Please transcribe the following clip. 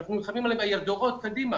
אנחנו נלחמים עליו דורות קדימה.